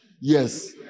Yes